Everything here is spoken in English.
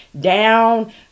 down